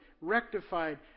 rectified